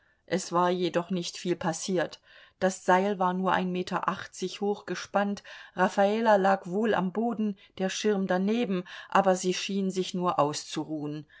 es war jedoch nicht viel passiert das seil war nur ein meter achtzig hoch gespannt raffala lag wohl am boden der schirm daneben aber sie schien sich nur auszuruhen